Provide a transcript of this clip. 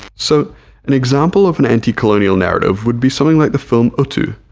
so an example of an anti-colonial narrative would be something like the film utu,